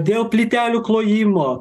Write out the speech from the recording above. dėl plytelių klojimo